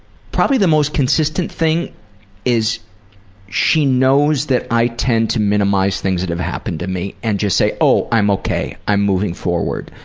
probably the most consistent thing is she knows that i tend to minimize things that have happened to me and just say, oh, i'm ok, i'm moving forward.